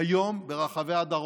היום ברחבי הדרום.